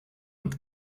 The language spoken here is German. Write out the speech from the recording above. und